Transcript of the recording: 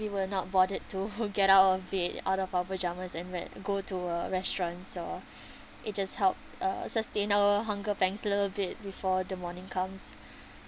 we were not bothered to get out of it out of our pajamas and then go to a restaurant so it just help uh sustain our hunger pangs a little bit before the morning comes